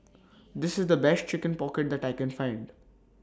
This IS The Best Chicken Pocket that I Can Find